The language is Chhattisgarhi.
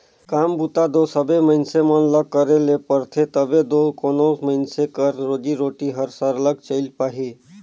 काम बूता दो सबे मइनसे मन ल करे ले परथे तबे दो कोनो मइनसे कर रोजी रोटी हर सरलग चइल पाही